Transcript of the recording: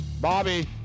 Bobby